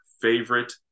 favorite